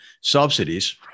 subsidies